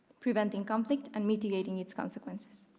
preventing conflict and mediating its consequences.